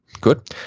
Good